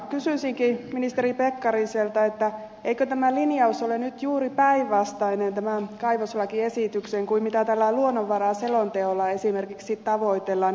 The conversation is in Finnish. kysyisinkin ministeri pekkariselta eikö tämä kaivoslakiesityksen linjaus ole nyt juuri päinvastainen kuin mitä esimerkiksi tällä luonnonvaraselonteolla tavoitellaan